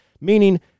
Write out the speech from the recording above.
meaning